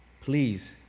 please